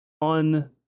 on